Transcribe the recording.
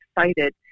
excited